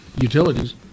utilities